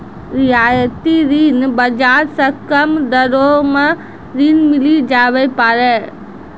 रियायती ऋण बाजार से कम दरो मे ऋण मिली जावै पारै